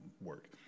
work